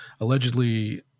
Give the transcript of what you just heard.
Allegedly